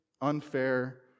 unfair